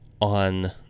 on